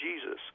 Jesus